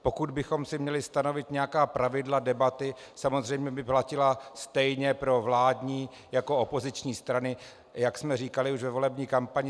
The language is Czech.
Pokud bychom si měli stanovit nějaká pravidla debaty, samozřejmě by platila stejně pro vládní jako pro opoziční strany, jak jsme říkali už ve volební kampani.